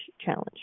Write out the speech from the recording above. challenge